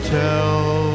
tell